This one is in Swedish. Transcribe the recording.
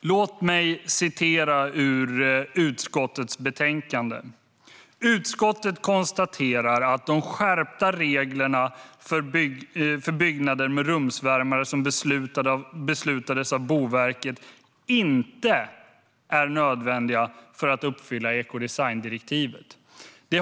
Låt mig citera ur utskottets betänkande: "Utskottet konstaterar att de skärpta regler för byggnader med rumsvärmare som beslutades av Boverket . inte är nödvändiga för att uppfylla EU:s ekodesignkrav."